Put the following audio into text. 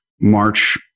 march